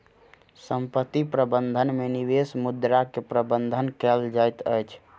संपत्ति प्रबंधन में निवेश मुद्रा के प्रबंधन कएल जाइत अछि